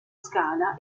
scala